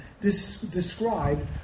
described